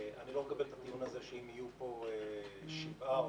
אני לא מקבל את הטיעון הזה שאם יהיו פה שבעה או